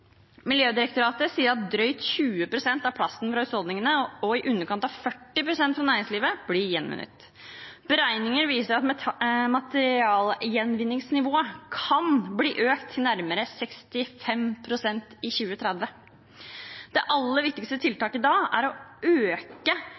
Miljødirektoratet sier at drøyt 20 pst. av plasten fra husholdningene, og i underkant av 40 pst. fra næringslivet, blir gjenvunnet. Beregninger viser at materialgjenvinningsnivået kan bli økt til nærmere 65 pst. i 2030. Det aller viktigste